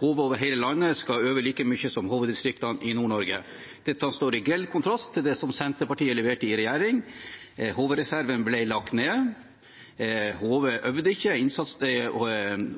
over hele landet skal øve like mye som HV-distriktene i Nord-Norge. Dette står i grell kontrast til det som Senterpartiet leverte i regjering. HV-reserven ble lagt ned. HV øvde ikke.